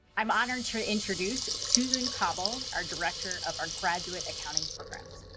i'm honored to introduce susan cauble, our director of our graduate accounting programs.